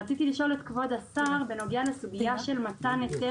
רציתי לשאול את כבוד השר בנוגע לסוגיה של מתן התר